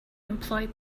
employed